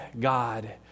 God